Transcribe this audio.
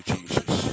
Jesus